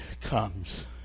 comes